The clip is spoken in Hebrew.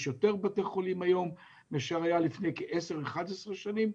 יש יותר בתי חולים היום מאשר לפני 10-11 שנים.